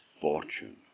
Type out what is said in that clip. Fortune